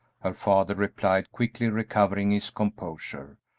her father replied, quickly recovering his composure,